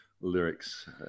lyrics